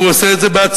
הוא עושה את זה בעצמו,